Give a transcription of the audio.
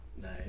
Nice